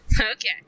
Okay